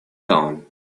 town